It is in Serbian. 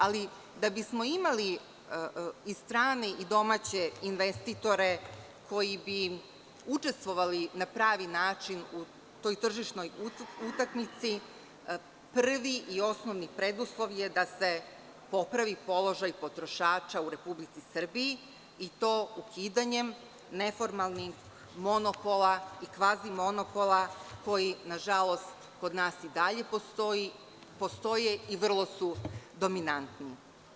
Ali, da bismo imali i strane i domaće investitore koji bi učestvovali na pravi način u toj tržišnoj utakmici, prvi i osnovni preduslov je da se popravi položaj potrošača u Republici Srbiji i to ukidanjem neformalnih monopola i kvazi monopola koji na žalost kod nas i dalje postoje i vrlo su dominantni.